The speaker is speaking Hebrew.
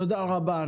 תודה רבה.